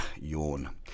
yawn